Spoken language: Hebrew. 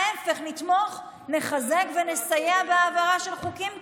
ההפך, נתמוך, נחזק ונסייע בהעברה של חוקים כאלה.